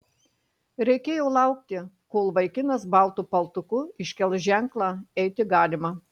reikėjo laukti kol vaikinas baltu paltuku iškels ženklą eiti galima